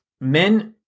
men